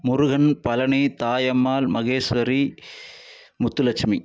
Murugan Palani Thayammal Maheswari Muthulakshmi